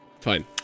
Fine